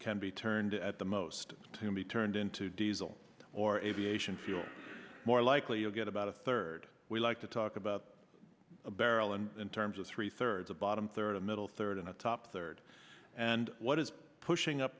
can be turned at the most to be turned into diesel or aviation fuel more likely you'll get about a third we like to talk about a barrel and in terms of three third the bottom third a middle third and a top third and what is pushing up